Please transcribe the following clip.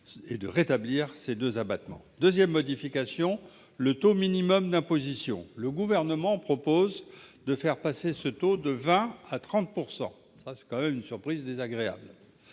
de rétablir ces deux abattements. La deuxième modification concerne le taux minimum d'imposition. Le Gouvernement propose de faire passer ce taux de 20 % à 30 %. Quelle surprise désagréable